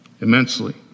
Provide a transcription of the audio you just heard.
immensely